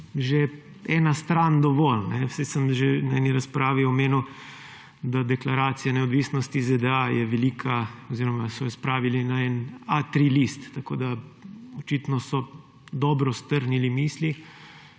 že ena stran dovolj. Saj sem že na eni razpravi omenil, da je deklaracija o neodvisnosti ZDA velika oziroma so jo spravili na en list A3, tako da očitno so dobro strnili misli,